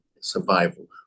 survival